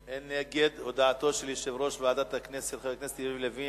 הצעת ועדת הכנסת להעביר את הצעת חוק זכות יוצרים (תיקון,